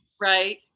Right